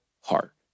heart